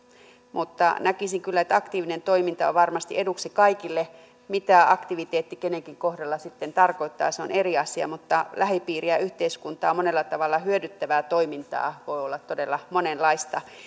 mutta näkisin kyllä että aktiivinen toiminta on varmasti eduksi kaikille mitä aktiviteetti kenenkin kohdalla sitten tarkoittaa se on eri asia mutta lähipiiriä ja yhteiskuntaa monella tavalla hyödyttävää toimintaa voi olla todella monenlaista